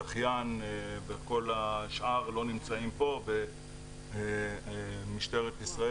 הזכיין וכל השאר לא נמצאים פה ומשטרת ישראל